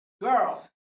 Girl